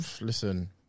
Listen